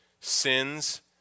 Sins